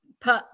put